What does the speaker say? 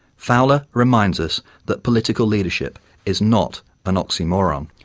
fowler reminds us that political leadership is not an oxymoron.